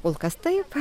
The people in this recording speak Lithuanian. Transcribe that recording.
kol kas taip